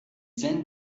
then